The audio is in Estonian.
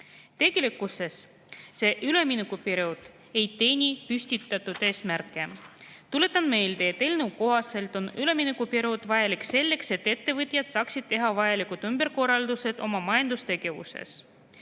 teeni see üleminekuperiood püstitatud eesmärke. Tuletan meelde, et eelnõu kohaselt on üleminekuperiood vajalik selleks, et ettevõtjad saaksid teha vajalikud ümberkorraldused oma majandustegevuses.